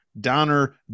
Donner